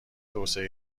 توسعه